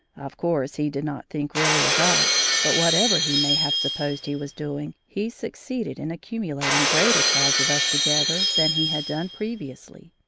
of course, he did not think really of us, but whatever he may have supposed he was doing, he succeeded in accumulating greater crowds of us together than he had done previously.